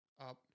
Up